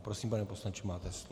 Prosím, pane poslanče, máte slovo.